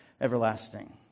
everlasting